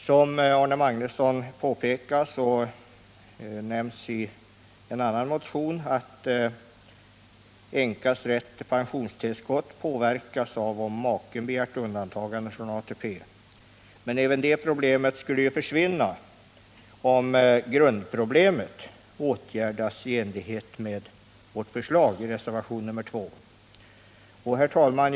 Som Arne Magnusson påpekat nämns i en annan motion att änkas rätt till pensionstillskott påverkas av om maken begärt undantagande från ATP. Även det problemet skulle försvinna om grundproblemet åtgärdas i enlighet med vårt förslag i reservationen 2. Herr talman!